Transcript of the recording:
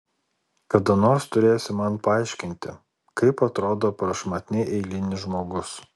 kada nors turėsi man paaiškinti kaip atrodo prašmatniai eilinis žmogus